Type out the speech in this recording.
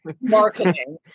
marketing